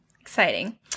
Exciting